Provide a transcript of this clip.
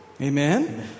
Amen